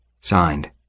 signed